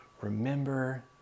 Remember